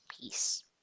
peace